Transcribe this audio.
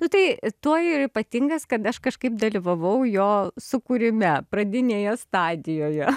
nu tai tuo ir ypatingas kad aš kažkaip dalyvavau jo sukūrime pradinėje stadijoje